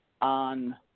on